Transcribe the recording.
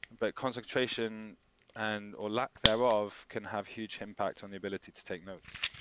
and but concentration and, or lack thereof can have huge impact on the ability to take notes.